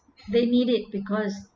they need it because